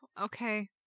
Okay